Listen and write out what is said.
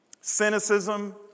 cynicism